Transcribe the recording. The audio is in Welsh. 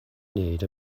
wneud